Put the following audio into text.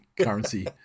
currency